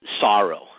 sorrow